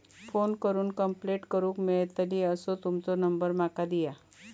Phone करून complaint करूक मेलतली असो तुमचो नंबर माका दिया?